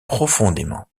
profondément